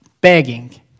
begging